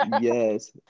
yes